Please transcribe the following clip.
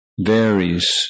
varies